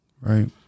Right